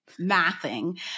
mathing